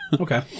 Okay